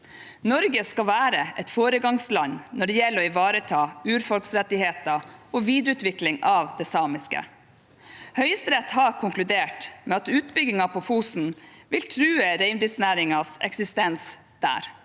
Norge skal være et foregangsland når det gjelder å ivareta urfolks rettigheter og videreutvikling av det samiske. Høyesterett har konkludert med at utbyggingen på Fosen vil true reindriftsnæringens eksistens der